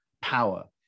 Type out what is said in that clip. power